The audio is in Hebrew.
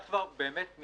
את כבר מתייחסת